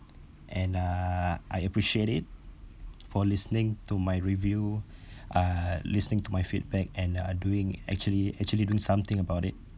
I appreciate it for listening to my review uh listening to my feedback and uh doing actually actually do something about it and uh